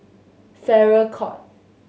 Farrer Court